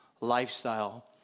lifestyle